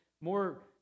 more